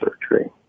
surgery